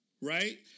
right